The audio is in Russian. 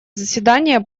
заседание